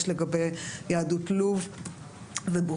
יש לגבי יהדות לוב ובוכרה,